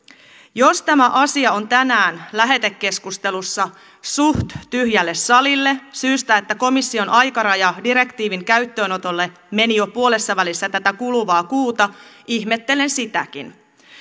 jos tämä asia on tänään lähetekeskustelussa suht tyhjälle salille syystä että komission aikaraja direktiivin käyttöönotolle meni jo puolessavälissä tätä kuluvaa kuuta ihmettelen sitäkin